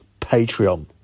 Patreon